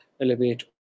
elevate